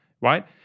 right